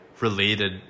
Related